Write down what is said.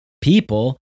people